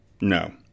No